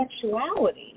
sexuality